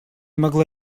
могла